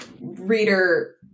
reader